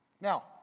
Now